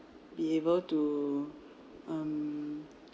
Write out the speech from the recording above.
be able to um